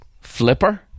flipper